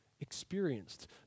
experienced